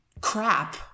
crap